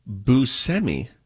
Buscemi